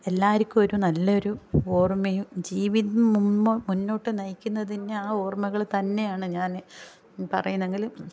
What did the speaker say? എല്ലാരിക്കും ഒരു നല്ലൊരു ഓർമ്മയും ജീവിതം മുമോ മുന്നോട്ട് നയിക്കുന്നതുതന്നെ ആ ഓർമ്മകൾ തന്നെയാണ് ഞാൻ പറയുന്നെങ്കിൽ